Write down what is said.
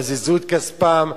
בזזו את כספם,